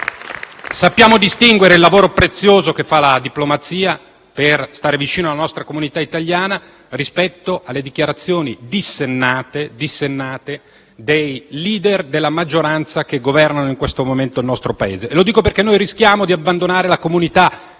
sappiamo distinguere il lavoro prezioso che fa la diplomazia per stare vicino alla nostra comunità italiana rispetto alle dichiarazioni dissennate dei *leader* della maggioranza che governa in questo momento il nostro Paese. Lo dico perché noi rischiamo di abbandonare la comunità internazionale,